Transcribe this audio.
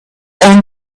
own